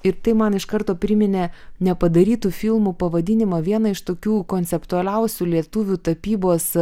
ir tai man iš karto priminė nepadarytų filmų pavadinimą vieną iš tokių konceptualiausių lietuvių tapybos